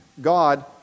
God